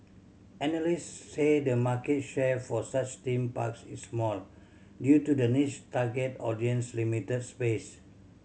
analysts say the market share for such theme parks is small due to the niche target audience and limited space